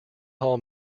hall